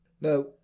Now